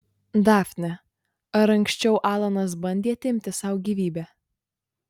dafne ar anksčiau alanas bandė atimti sau gyvybę